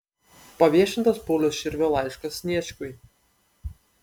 paviešintas pauliaus širvio laiškas sniečkui